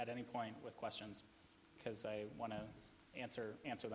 at any point with questions because i want to answer answer